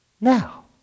Now